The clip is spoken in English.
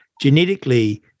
genetically